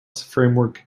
framework